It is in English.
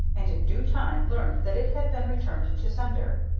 and in due time learned that it had been returned to sender.